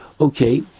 Okay